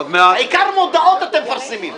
העיקר מודעות אתם מפרסמים.